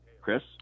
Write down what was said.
Chris